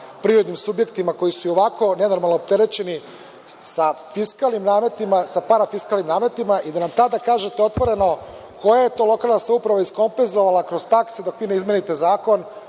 prirodnim subjektima koji su i ovako nenormalno opterećeni sa parafiskalnim nametima i da nam tada kažete otvoreno koja je to lokalna samouprava iskompenzovala kroz takse da fino izmenite zakon